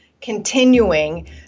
continuing